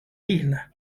isla